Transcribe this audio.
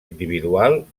individual